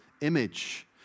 image